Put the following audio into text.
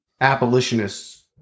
abolitionists